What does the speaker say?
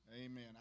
Amen